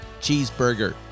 cheeseburger